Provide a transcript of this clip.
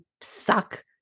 suck